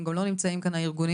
הם גם לא נמצאים כאן הארגונים,